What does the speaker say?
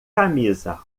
camisa